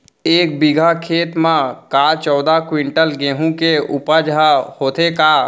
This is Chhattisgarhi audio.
एक बीघा खेत म का चौदह क्विंटल गेहूँ के उपज ह होथे का?